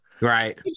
Right